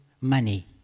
money